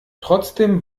trotzdem